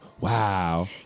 wow